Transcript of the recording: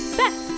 best